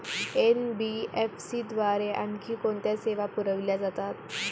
NBFC द्वारे आणखी कोणत्या सेवा पुरविल्या जातात?